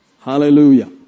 Hallelujah